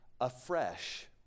afresh